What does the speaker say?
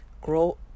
Grow